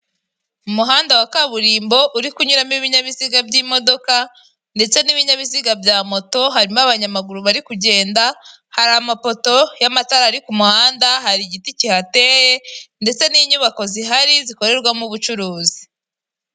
Umuhanda wa kaburimbo uri kunyuramo ibinyabiziga by'imodoka ndetse n'ibinyabiziga bya moto, harimo abanyamaguru bari kugenda, hari amapoto y'amatara ari ku muhanda, hari igiti kihateye, ndetse n'inyubako zihari zikorerwamo ubucuruzi.